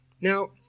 Now